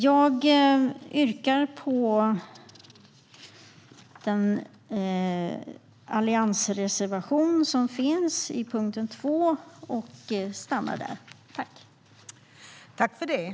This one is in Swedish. Jag yrkar bifall till den alliansreservation som finns under punkt 2.